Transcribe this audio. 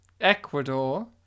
Ecuador